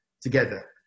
together